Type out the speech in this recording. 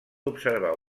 observar